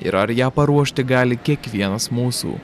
ir ar ją paruošti gali kiekvienas mūsų